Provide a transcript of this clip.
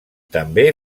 també